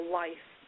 life